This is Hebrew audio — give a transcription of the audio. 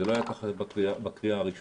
זה לא היה כך בקריאה הראשונה.